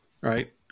right